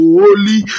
holy